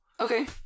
Okay